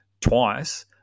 twice